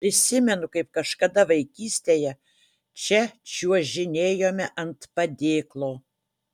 prisimenu kaip kažkada vaikystėje čia čiuožinėjome ant padėklo